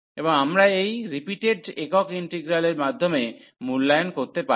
এবং আমরা এই রিপিটেড একক ইন্টিগ্রালের মাধ্যমে মূল্যায়ন করতে পারি